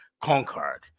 conquered